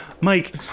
mike